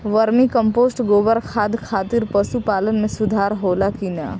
Vermi compost गोबर खाद खातिर पशु पालन में सुधार होला कि न?